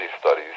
studies